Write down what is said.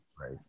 Right